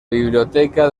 biblioteca